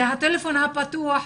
זה הטלפון הפתוח,